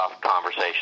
conversation